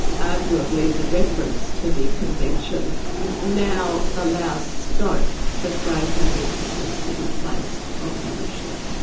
arguably the reference to the convention now allows scope for greater emphasis to be placed on that issue.